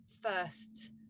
first